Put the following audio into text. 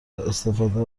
استفاده